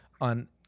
on